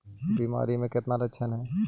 बीमारी के कितने लक्षण हैं?